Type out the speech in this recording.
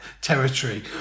territory